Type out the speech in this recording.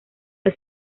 que